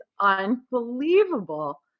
unbelievable